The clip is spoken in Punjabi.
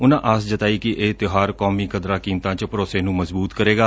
ਉਨੂਂ ਆਸ ਜਤਾਈ ਕਿ ਏਹ ਤਿਉਹਾਰ ਕੌਮੀ ਕਦਰਾਂ ਕੀਮਤਾਂ ਚ ਭਰੋਸੇ ਨੂੰ ਮਜ਼ਬੂਤ ਕਰੇਗਾ